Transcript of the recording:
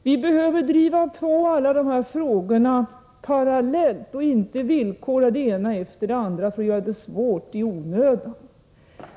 Vi behöver driva på alla dessa frågor parallellt och inte villkora det ena efter det andra för att göra det svårt i onödan.